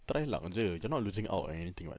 try lah saja you're not losing out on anything [what]